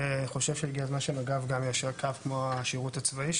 אני חושב שהגיע זמן שמג"ב יישר קו כמו השירות הצבאי,